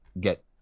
get